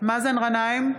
מאזן גנאים,